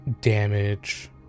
Damage